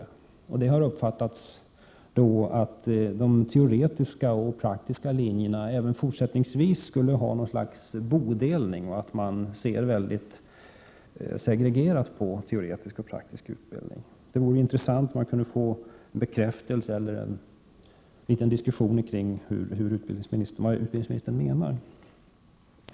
Detta har då uppfattats som att det även fortsättningsvis skulle vara något slags bodelning mellan de teoretiska och de praktiska linjerna. Man ser alltså mycket segregerat på teoretisk och praktisk utbildning. Det vore intressant med en liten diskussion om vad utbildningsministern menar.